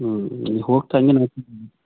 ಹ್ಞೂ ಹೋಗ್ತ ಹಂಗೆ ನೋಡ್ಕಂಡು